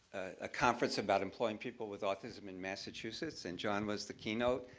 ah conference about employing people with autism in massachusetts and john was the keynote.